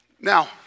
Now